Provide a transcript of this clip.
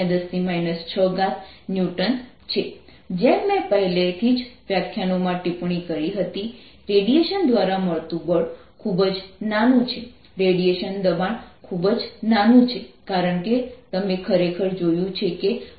70×10 6 N જેમ મેં પહેલેથી જ વ્યાખ્યાનોમાં ટિપ્પણી કરી હતી રેડિયેશન દ્વારા મળતું બળ ખૂબ જ નાનું છે રેડિયેશન દબાણ ખૂબ જ નાનું છે કારણ કે તમે ખરેખર જોયું છે કે 0